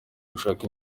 gushaka